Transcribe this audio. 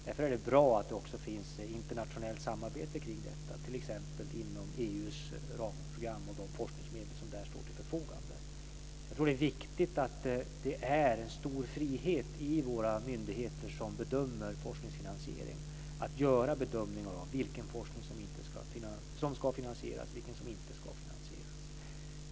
Därför är det bra att det också finns internationellt samarbete kring detta, t.ex. inom EU:s ramprogram och de forskningsmedel som där står till förfogande. Det är viktigt att det i våra myndigheter som bedömer forskningsfinansiering är en stor frihet att göra bedömningar av vilken forskning som ska finansieras och vilken som inte ska finansieras.